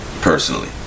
personally